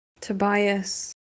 Tobias